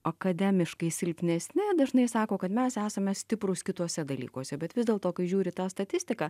akademiškai silpnesni dažnai sako kad mes esame stiprūs kituose dalykuose bet vis dėlto kai žiūri tą statistiką